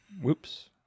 Whoops